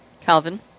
Calvin